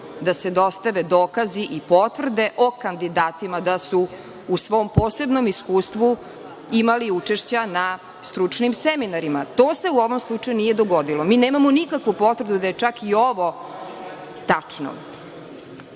da se dostave dokazi i potvrde o kandidatima da su u svom posebnom iskustvu imali učešća na stručnim seminarima. To se u ovom slučaju nije dogodilo. Mi nemamo nikakvu potvrdu da je čak i ovo tačno. Ono